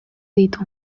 ditu